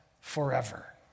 forever